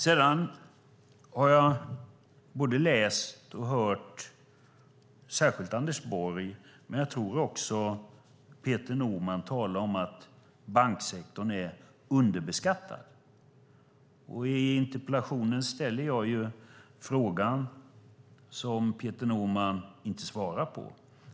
Sedan har jag både läst och hört särskilt Anders Borg, men jag tror också Peter Norman, tala om att banksektorn är underbeskattad. I interpellationen ställer jag frågan som Peter Norman inte svarar på.